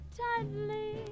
tightly